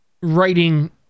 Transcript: writing